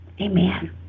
Amen